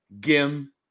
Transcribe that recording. Gim